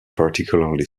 particularly